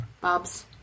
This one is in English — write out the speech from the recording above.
Bob's